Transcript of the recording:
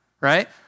right